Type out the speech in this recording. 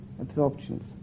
absorptions